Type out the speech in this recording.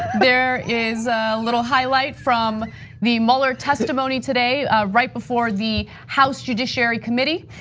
there is a little highlight from the mueller testimony today, right before the house judiciary committee.